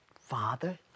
father